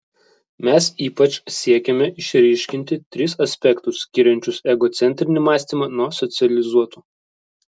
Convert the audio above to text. mes ypač siekėme išryškinti tris aspektus skiriančius egocentrinį mąstymą nuo socializuoto